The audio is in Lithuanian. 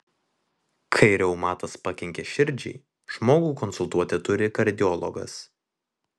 kai reumatas pakenkia širdžiai žmogų konsultuoti turi kardiologas